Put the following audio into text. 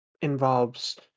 involves